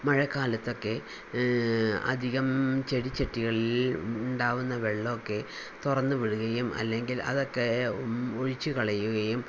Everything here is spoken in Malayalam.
മഴക്കാലത്തൊക്കെ അധികം ചെടിച്ചട്ടികളിൽ ഉണ്ടാവുന്ന വെള്ളമൊക്കെ തൊറന്നു വിടുകയും അല്ലെങ്കിൽ അതൊക്കെ ഒഴിച്ച് കളയുകയും